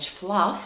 fluff